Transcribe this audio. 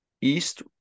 east